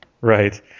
Right